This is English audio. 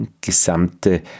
gesamte